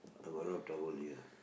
I got no towel here